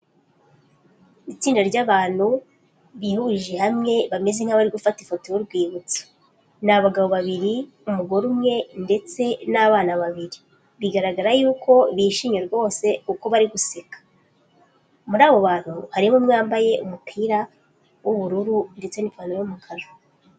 Itsinda ry'abantu bihurije hamwe bameze nk'abari gufata ifoto y'urwibutso. Ni abagabo babiri umugore umwe ndetse n'abana babiri. Bigaragara yuko bishimye rwose uko bari guseka. Muri abo bantu harimo umwe wambaye umupira w'ubururu ndetse n'ipantaro y'umukara.